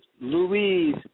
Louise